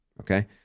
Okay